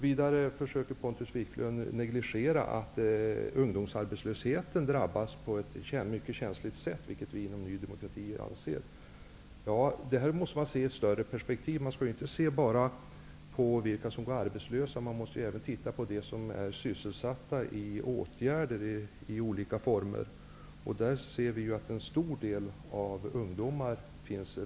Vidare försöker Pontus Wiklund negligera ungdomsarbetslösheten. Ungdomarna blir drabbade, eftersom deras ställning är mycket känslig, vilket vi inom Ny demokrati anser. Man måste se saken i ett större perspektiv. Man kan inte bara se på vilka som går arbetslösa. Man måste också se på dem som är sysselsatta i åtgärder av olika former. Där finns en stor del av ungdomar.